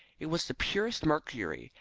it was the purest mercury,